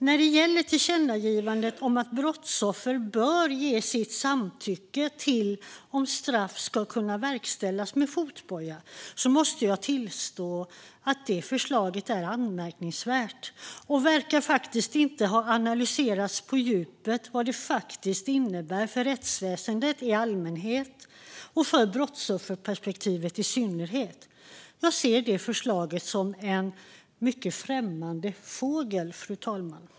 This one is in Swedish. När det gäller tillkännagivandet om att brottsoffer bör ge sitt samtycke till om straff ska kunna verkställas med fotboja måste jag tillstå att förslaget är anmärkningsvärt och inte verkar ha analyserats på djupet när det gäller vad det innebär för rättsväsendet i allmänhet och brottsofferperspektivet i synnerhet. Jag ser förslaget som en mycket främmande fågel, fru talman.